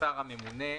"השר הממונה"